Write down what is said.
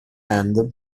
end